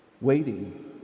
waiting